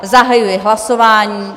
Zahajuji hlasování.